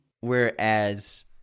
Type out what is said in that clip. whereas